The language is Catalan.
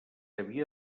havia